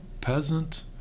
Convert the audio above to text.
peasant